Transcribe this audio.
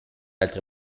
altre